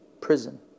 prison